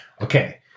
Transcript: Okay